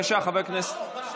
הוא משך.